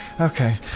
Okay